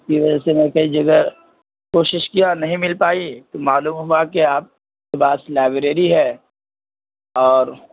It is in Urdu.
اسی وجہ سے میں کئی جگہ کوشش کیا نہیں مل پائی تو معلوم ہوا کہ آپ کے پاس لائبریری ہے اور